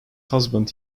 husband